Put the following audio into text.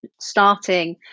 starting